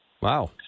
Wow